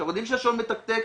כשיודעים שהשעון מתקתק,